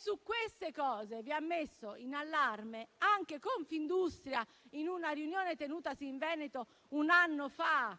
Su queste cose vi ha messo in allarme anche Confindustria, in una riunione tenutasi in Veneto un anno fa.